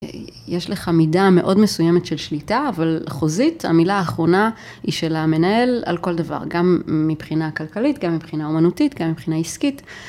יש לך מידה מאוד מסוימת של שליטה, אבל חוזית, המילה האחרונה היא של המנהל על כל דבר, גם מבחינה כלכלית, גם מבחינה אומנותית, גם מבחינה עסקית.